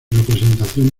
representación